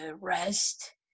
rest